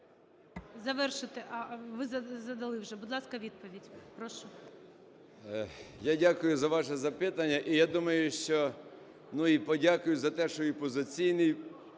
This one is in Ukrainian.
Я дякую за ваше запитання. І я думаю, що… Ну, і подякую за те, що і "Опозиційний